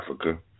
Africa